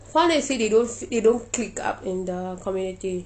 some of them say they don't they don't click up in the community